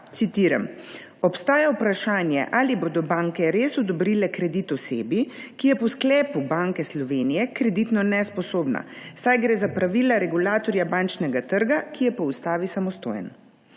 citiram: »Obstaja vprašanje, ali bodo banke res odobrile kredit osebi, ki je po sklepu Banke Slovenije kreditno nesposobna, saj gre za pravila regulatorja bančnega trga, ki je po ustavi samostojen.«